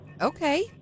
Okay